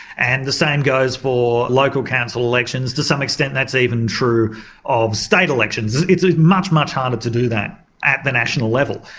and the same goes for local council elections to some extent that's even true of state elections. it's much much harder to do that at the national level.